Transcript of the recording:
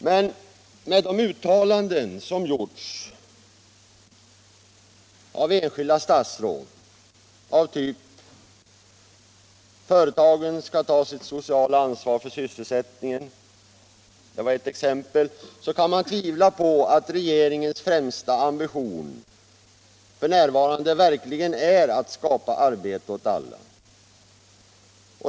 Men med de uttalanden som gjorts av enskilda statsråd av typ ”företagen skall ta sitt sociala ansvar för sysselsättningen”, så kan man tvivla på att regeringens främsta ambition f.n. verkligen är att skapa arbete åt alla.